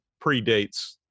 predates